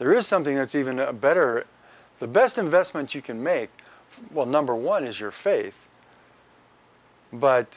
there is something that's even better the best investment you can make well number one is your fave but